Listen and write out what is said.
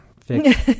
fix